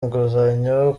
inguzanyo